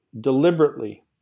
deliberately